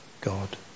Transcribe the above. God